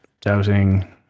Doubting